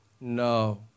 No